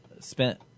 spent